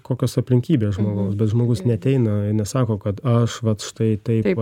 kokios aplinkybės žmogaus bet žmogus neateina nesako kad aš vat štai taip